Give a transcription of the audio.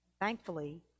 Thankfully